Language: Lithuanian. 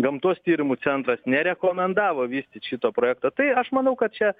gamtos tyrimų centras nerekomendavo vystyt šito projekto tai aš manau kad čia